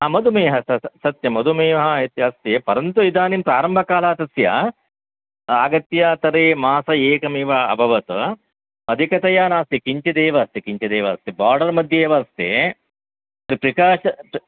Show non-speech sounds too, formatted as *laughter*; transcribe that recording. हा मधुमेहः सत् सत्यं मधुमेहः इति अस्ति परन्तु इदानीं प्रारम्भकालात्तस्य आगत्य तर्हि मासः एकः एव अभवत् अधिकतया नास्ति किञ्चिदेव अस्ति किञ्चिदेव अस्ति बार्डर्मध्ये एव अस्ति *unintelligible* च